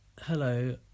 hello